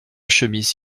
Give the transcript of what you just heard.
chemise